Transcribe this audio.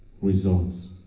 results